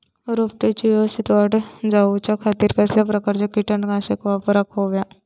रोपट्याची यवस्तित वाढ जाऊच्या खातीर कसल्या प्रकारचा किटकनाशक वापराक होया?